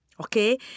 Okay